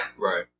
Right